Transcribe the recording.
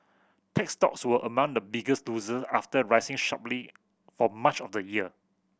tech stocks were among the biggest loser after rising sharply for much of the year